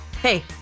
Hey